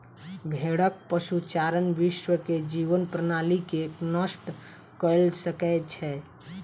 भेड़क पशुचारण विश्व के जीवन प्रणाली के नष्ट कय सकै छै